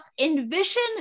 envision